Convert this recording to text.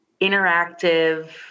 interactive